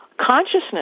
consciousness